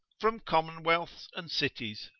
from commonwealths and cities,